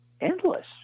endless